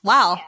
Wow